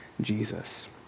Jesus